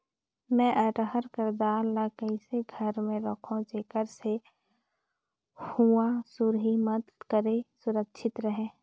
मैं अरहर कर दाल ला कइसे घर मे रखों जेकर से हुंआ सुरही मत परे सुरक्षित रहे?